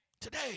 today